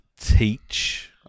Teach